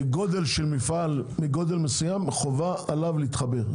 מגודל מסוים של מפעל חייב להתחבר.